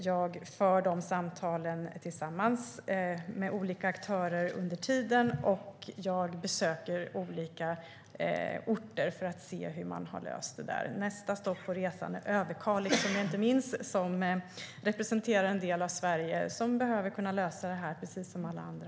Jag för under tiden samtal med olika aktörer, och jag besöker olika orter för att se hur de har löst problemen. Nästa stopp på resan är Överkalix, som representerar en del av Sverige som behöver lösa dessa problem precis som alla andra.